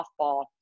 softball